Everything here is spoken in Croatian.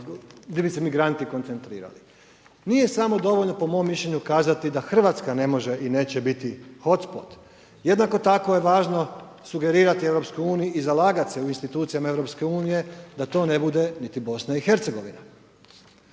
di bi se migranti koncentrirali, nije smo dovoljno po mom mišljenju kazat da Hrvatska ne može i neće biti hotspot jednako tako je važno sugerirati EU i zalagati se u institucijama EU da to ne bude niti BiH. Hrvatska